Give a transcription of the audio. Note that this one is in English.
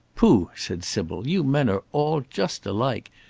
pooh! said sybil you men are all just alike.